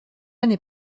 n’est